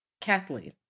Kathleen